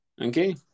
Okay